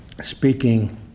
speaking